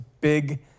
big